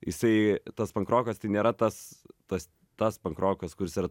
jisai tas pankrokas tai nėra tas tas tas pankrokas kuris yra